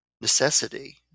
necessity